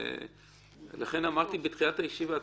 לכן אמרתי בתחילת הישיבה,